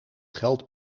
geld